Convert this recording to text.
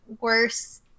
worse